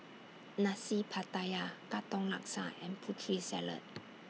Nasi Pattaya Katong Laksa and Putri Salad